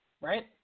right